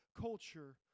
culture